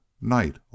night